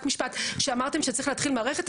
שאמרתם שצריך להתחיל מערכת,